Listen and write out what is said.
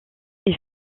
est